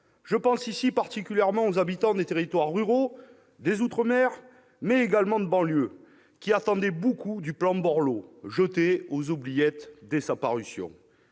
Je pense ici particulièrement aux habitants des territoires ruraux, des outre-mer, mais également des banlieues, qui attendaient beaucoup du plan Borloo, jeté aux oubliettes dès sa parution.